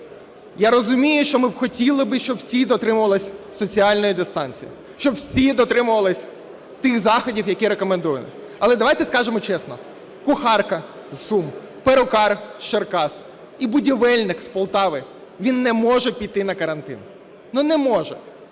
Я розумію, що ми хотіли би, щоб всі дотримувались соціальної дистанції, щоб всі дотримувались тих заходів, які рекомендовано. Але давайте скажемо чесно: кухарка з Сум, перукар з Черкас і будівельник з Полтави, він не може піти на карантин. Ну не може.